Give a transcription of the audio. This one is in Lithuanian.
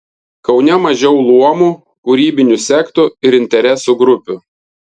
kaune mažiau luomų kūrybinių sektų ir interesų grupių